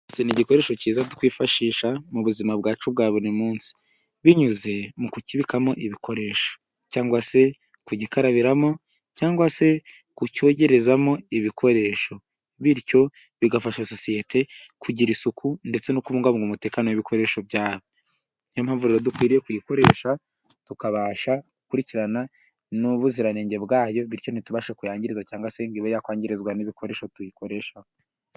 Ibase ni igikoresho cyiza twifashisha mu buzima bwacu bwa buri munsi, binyuze mu kukibikamo ibikoresho cyangwa se kugikarabiramo, cyangwa se kucyogerezamo ibikoresho, bityo bigafasha sosiyete kugira isuku ndetse no kubungabunga umutekano w'ibikoresho byayo ,ni yo mpamvu dukwiriye kuyikoresha tukabasha gukurikirana n'ubuziranenge bwayo ,bityo ntitubashe kuyangiriza ,cyangwa se ngo ibe yakwangirizwa n'ibikoresho tuyikoresha.